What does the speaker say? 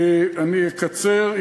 אני אקצר.